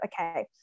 okay